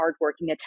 hardworking